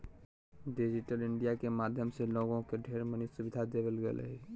digital India के माध्यम से लोगों के ढेर मनी सुविधा देवल गेलय ह